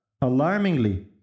alarmingly